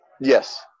Yes